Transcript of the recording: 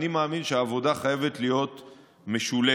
אני מאמין שהעבודה חייבת להיות משולבת,